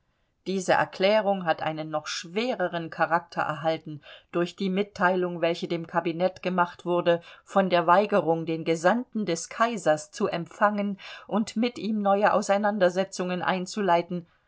diese erklärung hat einen noch schwereren charakter erhalten durch die mitteilung welche dem kabinett gemacht wurde von der weigerung den gesandten des kaisers zu empfangen und mit ihm neue auseinandersetzungen einzuleiten